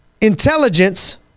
intelligence